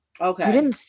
Okay